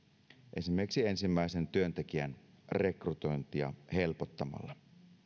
esimerkiksi ensimmäisen työntekijän rekrytointia helpottamalla